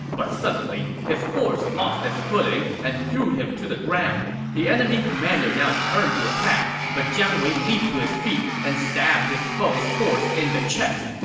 but suddenly, his horse lost its footing and threw him to the ground. the enemy commander now turned to attack, but jiang wei leaped to his feet and stabbed his foe's horse in the chest.